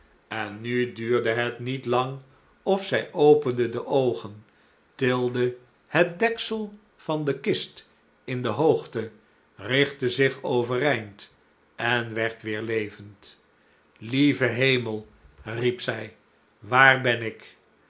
en nu duurde het niet lang of zij opende de oogen tilde het deksel van de kist in de hoogte rigtte zich overeind en werd weêr levend lieve hemel riep zij waar ben ik